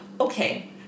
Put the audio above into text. Okay